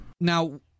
now